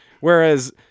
Whereas